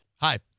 Hi